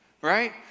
right